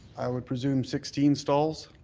i would presume sixteen stalls.